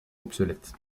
obsolète